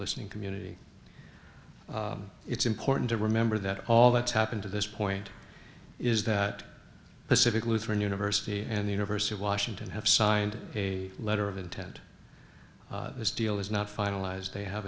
listening community it's important to remember that all that's happened to this point is that pacific lutheran university and the university of washington have signed a letter of intent this deal is not finalized they have